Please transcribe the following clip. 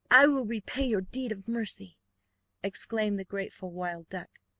i will repay your deed of mercy exclaimed the grateful wild duck.